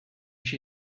she